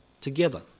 together